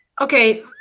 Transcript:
okay